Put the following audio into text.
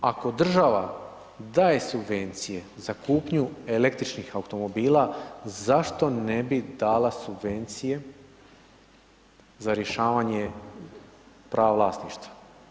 Ako država daje subvencije za kupnju električnih automobila, zašto ne bi dala subvencije, za rješavanje prava vlasništva?